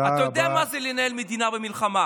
אתה יודע מה זה לנהל מדינה במלחמה.